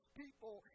people